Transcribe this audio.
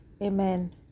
Amen